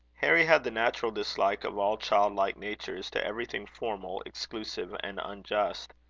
harry had the natural dislike of all childlike natures to everything formal, exclusive, and unjust.